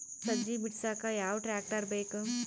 ಸಜ್ಜಿ ಬಿಡಸಕ ಯಾವ್ ಟ್ರ್ಯಾಕ್ಟರ್ ಬೇಕು?